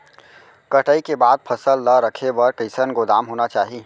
कटाई के बाद फसल ला रखे बर कईसन गोदाम होना चाही?